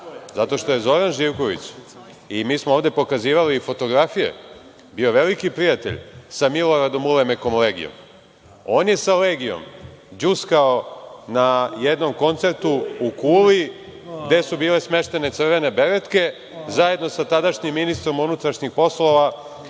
Zato što je Zoran Živković, i mi smo ovde pokazivali fotografije, bio veliki prijatelj sa Miloradom Ulemekom Legijom. On je sa Legijom đuskao na jednom koncertu u Kuli gde su bile smeštene Crvene beretke zajedno sa tadašnjim ministrom unutrašnjih poslova